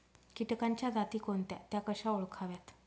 किटकांच्या जाती कोणत्या? त्या कशा ओळखाव्यात?